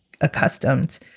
accustomed